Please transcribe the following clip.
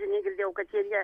negirdėjau kad ir jie